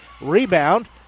Rebound